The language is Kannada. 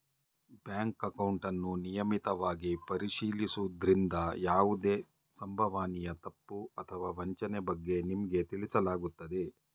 ಬ್ಯಾಂಕ್ ಅಕೌಂಟನ್ನು ನಿಯಮಿತವಾಗಿ ಪರಿಶೀಲಿಸುವುದ್ರಿಂದ ಯಾವುದೇ ಸಂಭವನೀಯ ತಪ್ಪು ಅಥವಾ ವಂಚನೆ ಬಗ್ಗೆ ನಿಮ್ಗೆ ತಿಳಿಸಲಾಗುತ್ತೆ